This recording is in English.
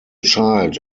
child